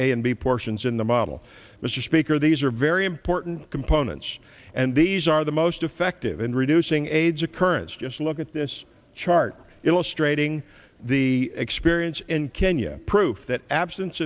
a and b portions in the model mr speaker these are very important components and these are the most effective in reducing aids occurrence just look at this chart illustrating the experience in kenya proof that absence